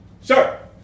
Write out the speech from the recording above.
Sir